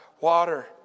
water